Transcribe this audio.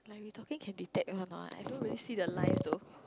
you talking can be that one or not I don't really see the lines though